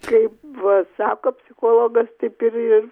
kaip va sako psichologas taip ir ir